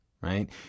Right